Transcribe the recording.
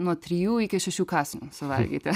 nuo trijų iki šešių kąsnių suvalgyti